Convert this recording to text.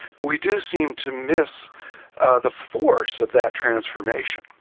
but we do seem to miss the force of that transformation.